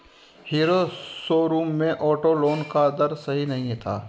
hero showroom में auto loan का दर सही नहीं था